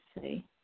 see